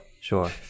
sure